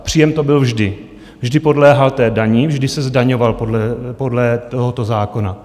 Příjem to byl vždy, vždy podléhal té dani, vždy se zdaňoval podle tohoto zákona.